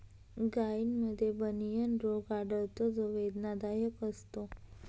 गायींमध्ये बनियन रोग आढळतो जो वेदनादायक असतो